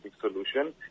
solution